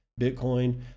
bitcoin